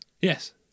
Yes